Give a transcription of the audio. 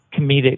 comedic